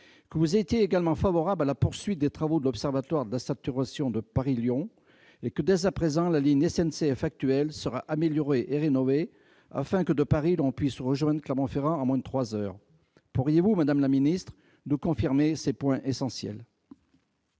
que vous étiez pour la poursuite des travaux de l'observatoire de la saturation ferroviaire de la ligne Paris-Lyon et que, dès à présent, la ligne SNCF actuelle serait améliorée et rénovée afin que, de Paris, l'on puisse rejoindre Clermont-Ferrand en moins de 3 heures. Pourriez-vous, madame la ministre, nous confirmer ces points essentiels ?